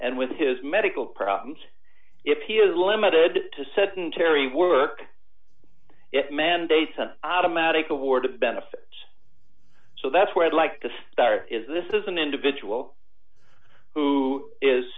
and with his medical problems if he is limited to sedentary work it mandates out a magic award of benefits so that's where i'd like to start is this is an individual who is